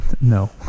No